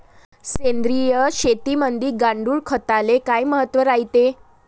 सेंद्रिय शेतीमंदी गांडूळखताले काय महत्त्व रायते?